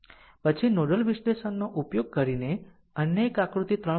પછી નોડલ વિશ્લેષણનો ઉપયોગ કરીને અન્ય એક આકૃતિ 3